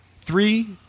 Three